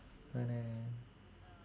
oh no